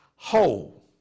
whole